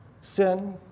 sin